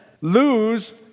lose